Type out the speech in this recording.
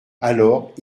alors